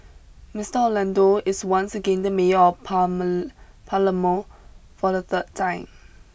Mister Orlando is once again the mayor of pami Palermo for the third time